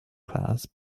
class